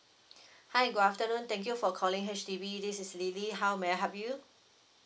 hi good afternoon thank you for calling H_D_B this is lily how may I help you